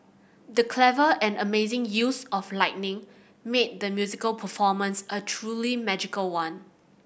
the clever and amazing use of lighting made the musical performance a truly magical one